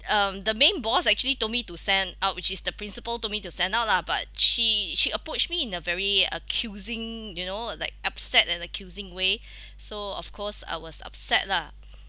um the main boss actually told me to send out which is the principal told me to send out lah but she she approached me in a very accusing you know like upset and accusing way so of course I was upset lah